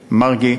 מרגי,